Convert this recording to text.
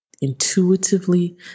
Intuitively